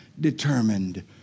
determined